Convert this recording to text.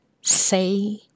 say